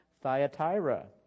Thyatira